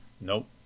Nope